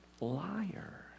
liar